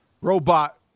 robot